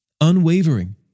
unwavering